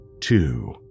two